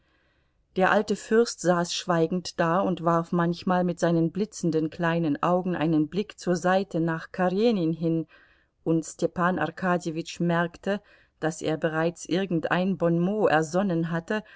der alte fürst saß schweigend da und warf manchmal mit seinen blitzenden kleinen augen einen blick zur seite nach karenin hin und stepan arkadjewitsch merkte daß er bereits irgendein bonmot ersonnen hatte